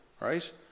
Right